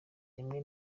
rimwe